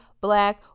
black